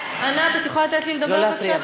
ענת, את יכולה לתת לי לדבר, בבקשה?